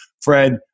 Fred